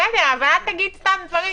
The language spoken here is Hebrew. בסדר, אבל אל תגיד סתם דברים.